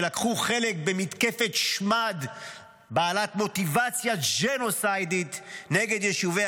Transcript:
שלקחו חלק במתקפת שמד בעלת מוטיבציה ג'נוסיידית נגד יישובי